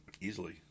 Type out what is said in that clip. Easily